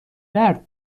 درد